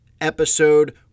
episode